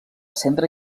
centre